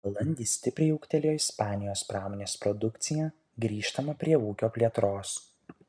balandį stipriai ūgtelėjo ispanijos pramonės produkcija grįžtama prie ūkio plėtros